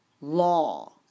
law